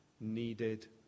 needed